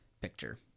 picture